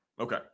Okay